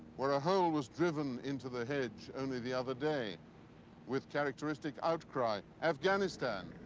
where a hole was driven into the hedge only the other day with characteristic outcry, afghanistan,